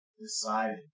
decided